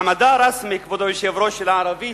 מעמדה הרשמי של הערבית,